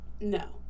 No